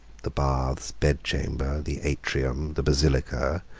the baths, bed-chamber, the atrium, the basilica,